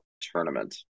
tournament